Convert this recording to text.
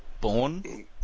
born